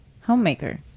Homemaker